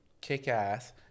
Kick-Ass